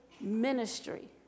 ministry